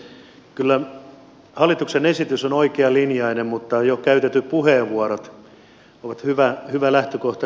kyllä hallituksen esitys on oikealinjainen mutta jo käytetyt puheenvuorot ovat hyvä lähtökohta